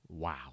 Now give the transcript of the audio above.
Wow